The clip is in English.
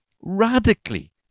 radically